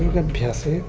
योगभ्यासे